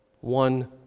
one